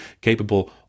capable